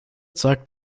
zeigt